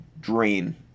drain